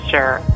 Sure